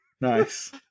Nice